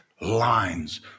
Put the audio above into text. lines